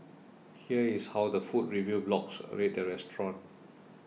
here is how the food review blogs rate the restaurant